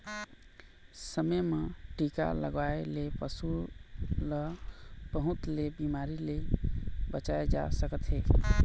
समे म टीका लगवाए ले पशु ल बहुत ले बिमारी ले बचाए जा सकत हे